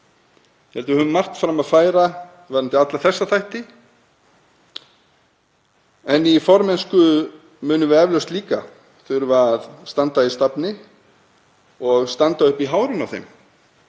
held að við höfum margt fram að færa varðandi alla þessa þætti en í formennsku munum við eflaust líka þurfa að standa í stafni og standa uppi í hárinu á þeim